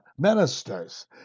Ministers